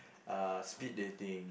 uh speed dating